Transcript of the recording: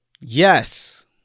Yes